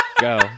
Go